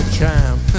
champ